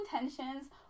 Intentions